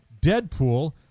Deadpool